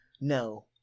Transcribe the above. no